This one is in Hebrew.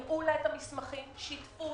הראו לה את המסמכים, שיתפו